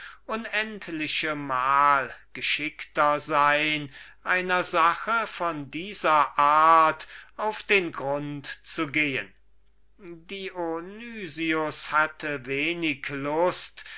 staats geschäften unendlichmal geschickter sein einer sache von dieser art auf den grund zu sehen dionysius hatte so wenig lust